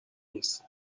نیست